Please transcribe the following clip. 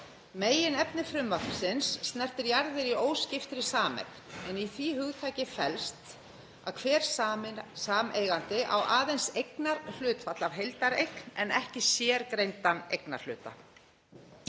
Meginefni frumvarpsins snertir jarðir í óskiptri sameign en í því hugtaki felst að hver sameigandi á aðeins eignarhlutfall af heildareign en ekki sérgreindan eignarhluta.